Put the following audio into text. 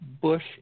Bush